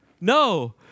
No